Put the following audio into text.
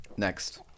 next